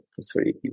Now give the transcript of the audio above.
sorry